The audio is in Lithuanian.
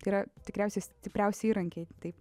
yra tikriausiai stipriausi įrankiai taip